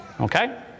Okay